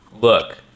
look